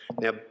Now